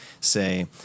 say